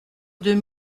deux